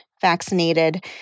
vaccinated